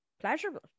pleasurable